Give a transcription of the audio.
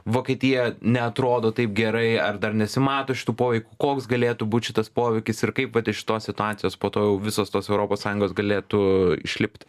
vokietija neatrodo taip gerai ar dar nesimato šito poveikio koks galėtų būt šitas poveikis ir kaip vat iš šitos situacijos po to visos tos europos sąjungos galėtų išlipti